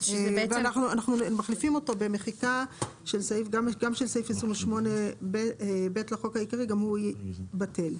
מה שאומר שסעיף 28ב לחוק העיקרי בטל.